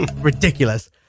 Ridiculous